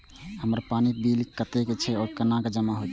हमर पानी के बिल कतेक छे और केना जमा होते?